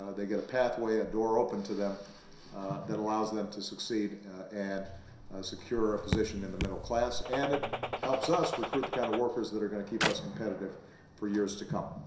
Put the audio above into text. they get a pathway, a door open to them that allows them to succeed and secure a position in the middle class, and it helps us recruit the kind of workers that are going to keep us competitive for years to come.